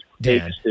Dan